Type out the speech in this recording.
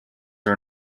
are